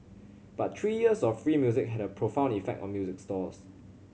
but three years of free music had a profound effect on music stores